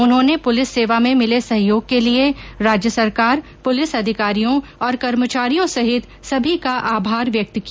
उन्होंने पुलिस सेवा में मिले सहयोग के लिए राज्य सरकार पुलिस अधिकारियों और कर्मचारियों सहित सभी का आभार व्यक्त किया